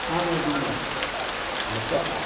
ꯊꯥꯡ ꯑꯗꯨꯅ ꯑꯃꯨꯛꯀ